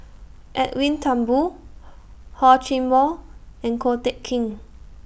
Edwin Thumboo Hor Chim Or and Ko Teck Kin